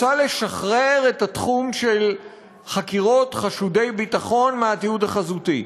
רוצה לשחרר את התחום של חקירות חשודי ביטחון מהתיעוד החזותי.